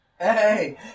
Hey